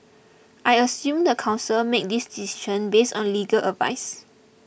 I assume the council made this decision based on legal advice